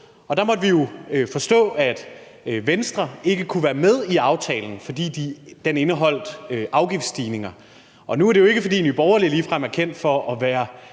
Der måtte vi jo forstå, at Venstre ikke kunne være med i aftalen, fordi den indeholder afgiftsstigninger. Nu er det jo ikke, fordi Nye Borgerlige ligefrem er kendt for at være